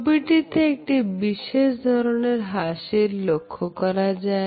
ছবিটিতে একটি বিশেষ ধরনের হাসির লক্ষ্য করা যায়